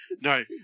No